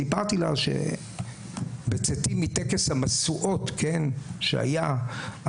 סיפרתי לה שבצאתי מטקס המשואות שהיה,